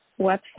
website